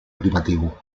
privatiu